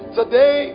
today